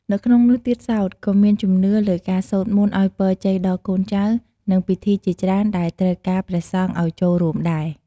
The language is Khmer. នៅក្នុងនោះទៀតសោត ក៏មានជំនឿលើការសូត្រមន្តឲ្យពរជ័យដល់កូនចៅ និង ពិធីជាច្រើនដែលត្រូវការព្រះសង្ឃឲ្យចូលរួមដែរ។